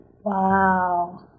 Wow